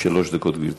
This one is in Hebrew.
שלוש דקות, גברתי.